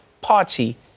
party